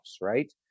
right